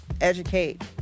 educate